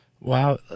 Wow